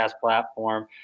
platform